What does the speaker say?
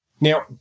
Now